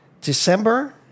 December